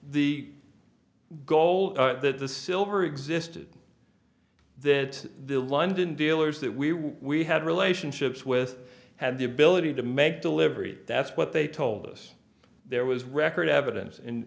the gold that the silver existed that the london dealers that we were we had relationships with had the ability to make delivery that's what they told us there was record evidence